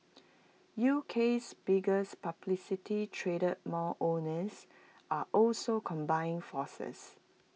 UK's biggest publicly traded mall owners are also combining forces